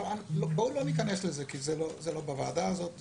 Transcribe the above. אבל בואו לא ניכנס לזה כי זה לא בוועדה הזאת.